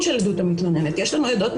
לעומת זאת,